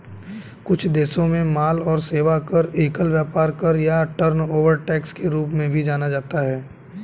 कुछ देशों में माल और सेवा कर, एकल व्यापार कर या टर्नओवर टैक्स के रूप में भी जाना जाता है